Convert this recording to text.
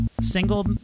single